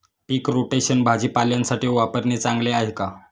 पीक rotation भाजीपाल्यासाठी वापरणे चांगले आहे का?